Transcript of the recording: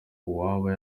uwaba